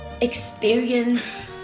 experience